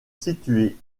situées